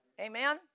Amen